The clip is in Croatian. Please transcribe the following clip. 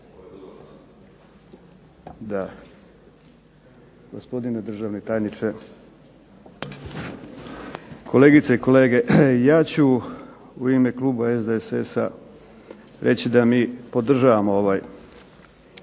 SDSS-a. Gospodine državni tajniče. Kolegice i kolege ja ću u ime Kluba SDSS-a reći da mi podržavamo ovaj